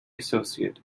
associate